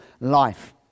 life